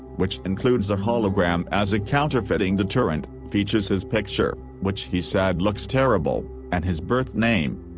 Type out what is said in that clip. which includes a hologram as a counterfeiting deterrent, features his picture, which he said looks terrible, and his birth name.